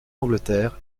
angleterre